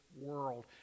world